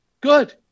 Good